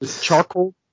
charcoal